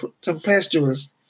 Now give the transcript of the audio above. tempestuous